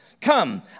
Come